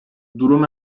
durum